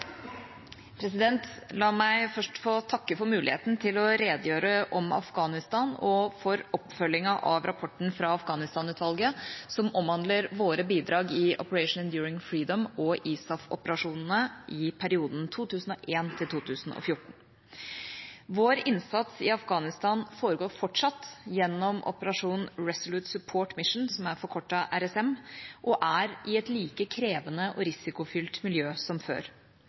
La meg først få takke for muligheten til å redegjøre om Afghanistan og for oppfølgingen av rapporten fra Afghanistan-utvalget, som omhandler våre bidrag i Operation Enduring Freedom og ISAF-operasjonene i perioden 2001–2014. Vår innsats i Afghanistan foregår fortsatt gjennom operasjon Resolute Support Mission, RSM, og er i et like krevende og risikofylt miljø som før.